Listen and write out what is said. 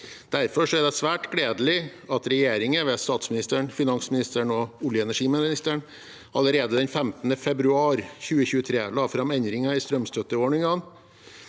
Derfor er det svært gledelig at regjeringen ved statsministeren, finansministeren og olje- og energiministeren allerede den 15. februar 2023 la fram endringer i strømstøtteordningene.